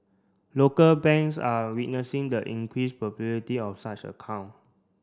local banks are witnessing the increase popularity of such account